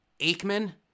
Aikman